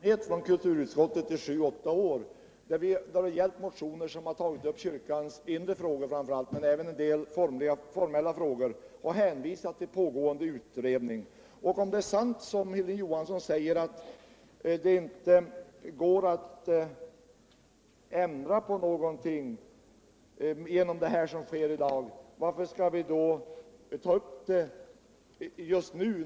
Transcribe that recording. Herr talman! Det torde vara ganska truktlöst att debattera det här med utskottets ordförande Hilding Johansson. men jag stöder mig på min egen erfarenhet av arbetet inom kulturutskottet under sju åtta år. Då det gällt motioner som framför allt har tagit upp kyrkans inre frågor men även en del formella frågor, har vi hänvisat till pågående utredningar. Om det är sant som Hilding Johansson säger att det inte genom det ärende vi nu behandlar är meningen att ändra på någonting i just detta avseende, varför skall vi då ta upp det just nu.